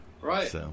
Right